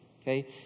Okay